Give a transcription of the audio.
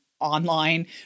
online